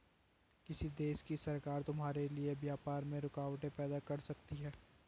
किसी देश की सरकार तुम्हारे लिए व्यापार में रुकावटें पैदा कर सकती हैं